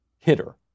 hitter